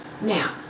Now